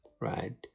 right